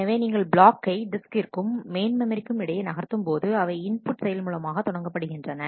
எனவே நீங்கள் பிளாக்கை டிஸ்க்கிற்கும் மெயின் மெமரிக்கும் இடையே நகர்த்தும் போது அவை இன்புட் செயல் மூலமாக தொடங்கப்படுகின்றன